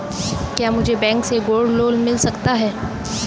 क्या मुझे बैंक से गोल्ड लोंन मिल सकता है?